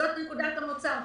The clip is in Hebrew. זאת נקודת המוצא,